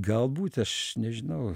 galbūt aš nežinau